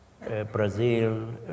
Brazil